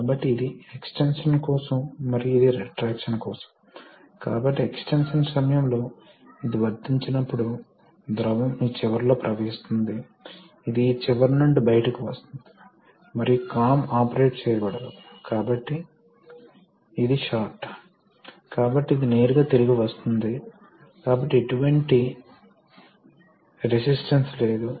కాబట్టి ఈ రెండు హైడ్రాలిక్స్లో ఆక్సిల్ పిస్టన్ పంపులు ఉన్నాయి మనకు రొటేషనల్ స్పీడ్ మరియు ద్రవ రేట్లు ఉండాలి నా ఉద్దేశ్యం ఏమిటంటే ప్రతిసారీ ఆక్సిల్ పిస్టన్ పంప్ లేదా గేర్ పంప్ ఒక నిర్దిష్ట రేటుతో తిరుగుతుంటే ప్రెషర్ తో సంబంధం లేకుండా ఒక నిర్దిష్ట వాల్యూమ్ ద్రవం సెకనుకు పంపిణీ చేయబడుతుంది కాబట్టి ప్రవాహం రేటు నేరుగా షాఫ్ట్ యొక్క రొటేషనల్ రేటుకు అనులోమానుపాతంలో ఉంటుంది